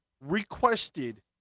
requested